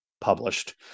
published